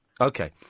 Okay